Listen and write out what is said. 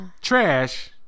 trash